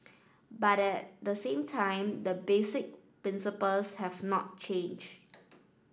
but at the same time the basic principles have not changed